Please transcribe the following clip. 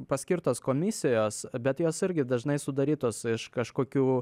paskirtos komisijos bet jos irgi dažnai sudarytos iš kažkokių